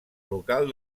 local